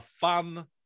fun